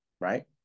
right